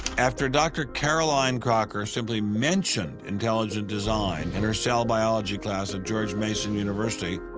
after dr. caroline crocker simply mentioned intelligent design in her cell biology class at george mason university,